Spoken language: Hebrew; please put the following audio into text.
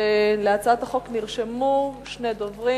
להצעת החוק נרשמו שני דוברים.